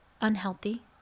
unhealthy